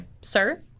sir